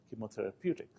chemotherapeutic